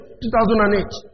2008